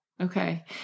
Okay